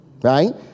Right